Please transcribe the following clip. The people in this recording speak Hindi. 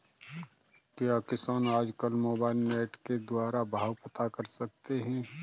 क्या किसान आज कल मोबाइल नेट के द्वारा भाव पता कर सकते हैं?